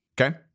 okay